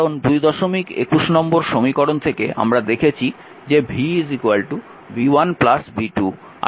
কারণ 221 নম্বর সমীকরণ থেকে আমরা দেখেছি যে v v1 v2